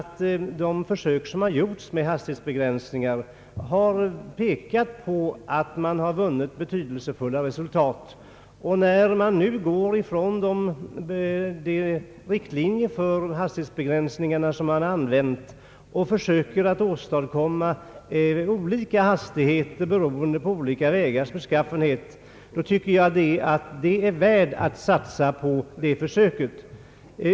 Vid de försök som gjorts med hastighetsbegränsningar har man ju vunnit betydelsefulla resultat, och när man nu vill frångå de riktlinjer för begränsningarna som man använt hittills och försöker åstadkomma olika hastigheter beroende på olika vägars beskaf fenhet, så tycker jag att det är värt att satsa på det försöket.